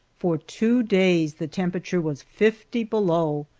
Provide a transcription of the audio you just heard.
for two days the temperature was fifty below,